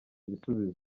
ibisubizo